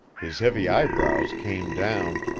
his heavy eyebrows came down,